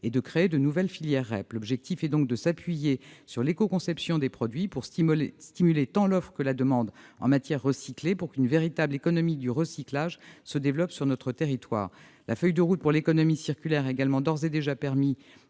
et de créer de nouvelles filières REP. L'objectif est donc de s'appuyer sur l'écoconception des produits, pour stimuler tant l'offre que la demande en matières recyclées, afin qu'une véritable économie du recyclage se développe sur notre territoire. La feuille de route pour l'économie circulaire a d'ores et déjà permis